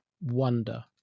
wonder